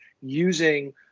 Using